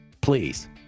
please